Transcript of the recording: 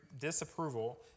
disapproval